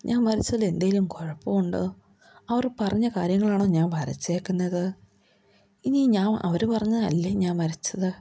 ഞാൻ വരച്ചതിലെന്തെങ്കിലും കുഴപ്പമുണ്ടോ അവർ പറഞ്ഞ കാര്യങ്ങളാണോ ഞാൻ വരച്ചിരിക്കുന്നത് ഇനി ഞാൻ അവർ പറഞ്ഞതല്ലേ ഞാൻ വരച്ചത്